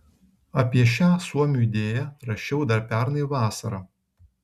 apie šią suomių idėją rašiau dar pernai vasarą